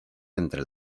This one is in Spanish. entre